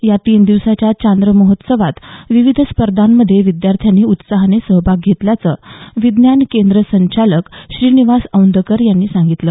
या तीन दिवसांच्या चांद्र महोत्सवात विविध स्पर्धांमध्ये विद्यार्थ्यांनी उत्साहाने सहभाग घेतल्याचं विज्ञान केंद्र संचालक श्रीनिवास औंधकर यांनी सांगितलं